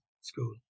School